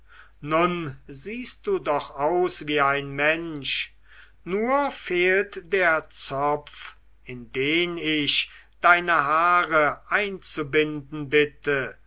nun siehst du doch aus wie ein mensch nur fehlt der zopf in den ich deine haare einzubinden bitte